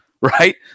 Right